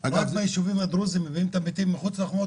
ביישובים הדרוזים מביאים את המתים מחוץ לחומות